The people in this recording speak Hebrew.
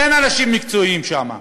אין אנשים מקצועיים שם.